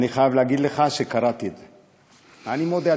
אני חייב להגיד לך שקראתי את זה, אני מודה.